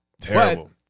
Terrible